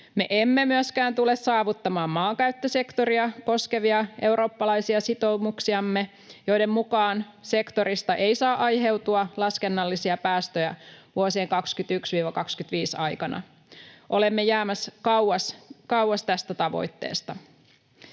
emme tule saavuttamaan myöskään maankäyttösektoria koskevia eurooppalaisia sitoumuksiamme, joiden mukaan sektorista ei saa aiheutua laskennallisia päästöjä vuosien 21—25 aikana. Olemme jäämässä kauas tästä tavoitteesta.